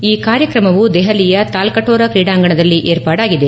ಈ ಕಾರ್ಯಕ್ರಮವು ದೆಸಲಿಯ ತಾಲ್ಲಕೋರ ಕ್ರೀಡಾಂಗಣದಲ್ಲಿ ಏರ್ಪಾಡಾಗಿದೆ